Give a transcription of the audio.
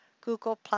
Google+